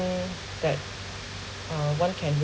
that uh one can